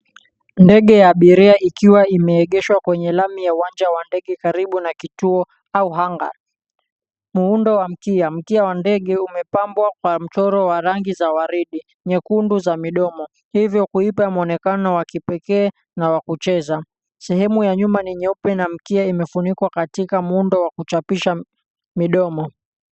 Ndege ya abiria ikiwa imeegeshwa kwenye lami ya uwanja wa ndege karibu na kituo au anga. Muundo wa mkia, mkia wa ndege umepambwa kwa mchoro wa rangi za waridi, nyekundu za midomo. Hivyo kuipa muonekano wa kipekee na wa kucheza. Sehemu ya nyuma ni nyeupe na mkia imefunikwa katika muundo wa kuchapisha midomo.